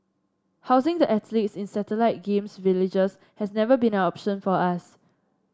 housing the athletes in satellite Games Villages has never been an option for us